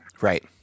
Right